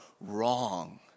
wrong